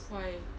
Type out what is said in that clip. why